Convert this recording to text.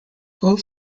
both